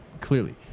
clearly